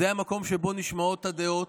זה המקום שבו נשמעות הדעות.